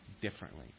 differently